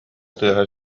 тыаһа